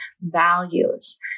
values